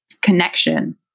connection